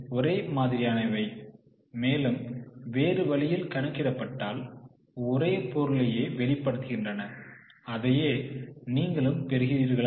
உண்மையில் ஒரே மாதிரியானவை மேலும் வேறு வழியில் கணக்கிடப்பட்டால் ஒரே பொருளையே வெளிப்படுத்துகின்றன அதையே நீங்களும் பெறுகிறீர்களா